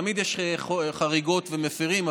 תמיד יש חריגות ומפירים,